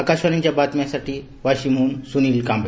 आकाशवाणीच्या बातम्यांसाठी वाशिम हुन सुनील कांबळे